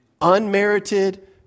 unmerited